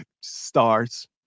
stars